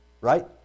Right